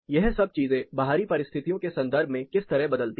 यह सब चीजें बाहरी परिस्थितियों के संदर्भ में किस तरह बदलती हैं